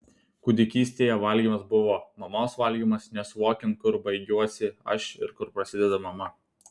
kūdikystėje valgymas buvo mamos valgymas nesuvokiant kur baigiuosi aš ir kur prasideda mama